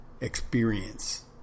experience